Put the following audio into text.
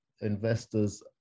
investors